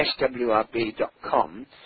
swrb.com